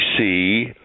see